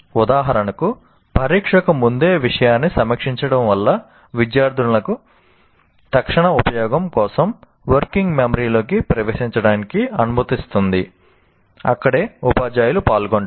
ఉదాహరణకు పరీక్షకు ముందే విషయాన్ని సమీక్షించడం వల్ల విద్యార్థులను తక్షణ ఉపయోగం కోసం వర్కింగ్ మెమరీలోకి ప్రవేశించడానికి అనుమతిస్తుంది అక్కడే ఉపాధ్యాయులు పాల్గొంటారు